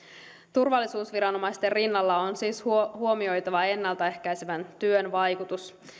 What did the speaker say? turvallisuusviranomaisten rinnalla on siis huomioitava ennaltaehkäisevän työn vaikutus